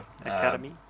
Academy